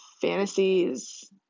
fantasies